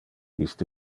iste